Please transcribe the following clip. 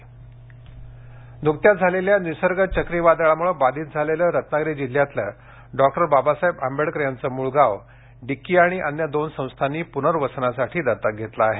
intro नुकत्याच झालेल्या निसर्ग चक्रीवादळामुळे बाधित झालेलं रत्नागिरी जिल्ह्यातलं डॉक्टर बाबासाहेब आंबेडकर यांचं मूळ गाव डिक्की आणि अन्य दोन संस्थांनी पुनर्वसनासाठी दत्तक घेतलं आहे